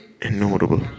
innumerable